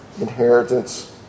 inheritance